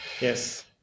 yes